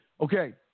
okay